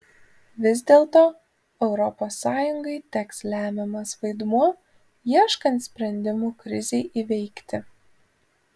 vis dėlto europos sąjungai teks lemiamas vaidmuo ieškant sprendimų krizei įveikti